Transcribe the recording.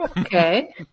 Okay